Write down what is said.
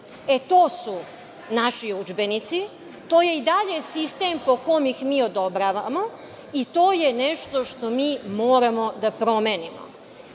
E, to su naši udžbenici. To je i dalje sistem po kom ih mi odobravamo i to je nešto što mi moramo da promenimo. Ja